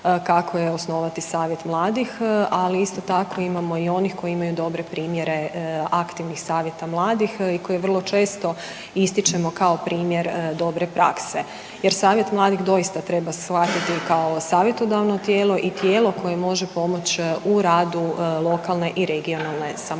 kako je osnovati savjet mladih, ali isto tako imamo i onih koji imaju dobre primjere aktivnih savjeta mladih i koje vrlo često ističemo kao primjer dobre prakse. Jer Savjet mladih doista treba shvatiti kao savjetodavno tijelo i tijelo koje može pomoći u radu lokalne i regionalne samouprave.